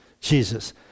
Jesus